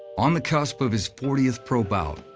on the cusp of his fortieth pro bout,